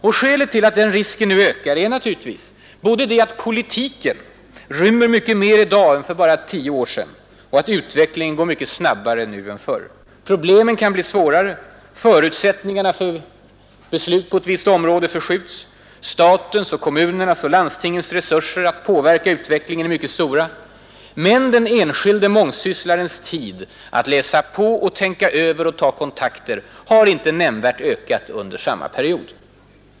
Och skälet till att den risken nu ökar är naturligtvis både det att politik rymmer mycket mer i dag än för bara tio år sedan och att utvecklingen går snabbare nu än förr. Problemen kan bli svårare, 22 förutsättningarna för beslut på ett visst område förskjuts, statens och kommunernas och landstingens resurser att påverka utvecklingen är mycket stora — men den enskilde mångsysslarens tid att läsa på och tänka över och ta kontakter har inte nämnvärt ökat under samma period.